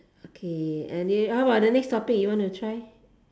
okay any how about the next topic you want to try